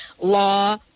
Law